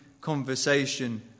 conversation